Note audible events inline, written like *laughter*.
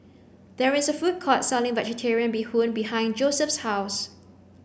there is a food court selling vegetarian bee *noise* hoon behind Joseph's house